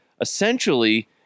essentially